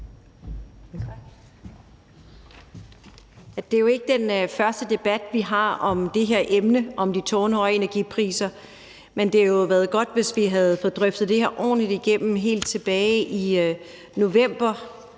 Det er jo ikke den første debat, vi har, om det her emne – de tårnhøje energipriser – men det havde jo været godt, hvis vi havde fået drøftet det her ordentligt igennem helt tilbage i november.